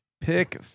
pick